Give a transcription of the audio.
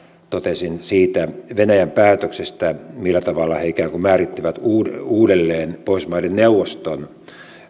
totesin siitä venäjän päätöksestä millä tavalla he ikään kuin määrittivät uudelleen uudelleen pohjoismaiden neuvoston